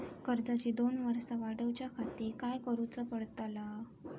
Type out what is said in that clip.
कर्जाची दोन वर्सा वाढवच्याखाती काय करुचा पडताला?